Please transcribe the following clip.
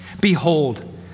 behold